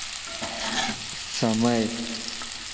समय